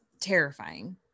terrifying